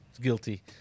guilty